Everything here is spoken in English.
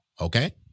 okay